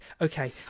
okay